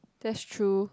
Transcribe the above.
that's true